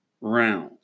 rounds